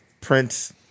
Prince